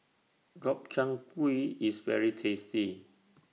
Gobchang Gui IS very tasty